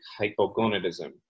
hypogonadism